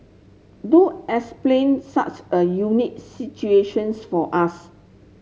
do explain such a unique situations for us